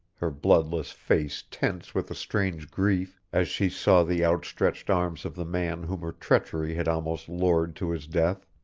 her bloodless face tense with a strange grief, as she saw the outstretched arms of the man whom her treachery had almost lured to his death.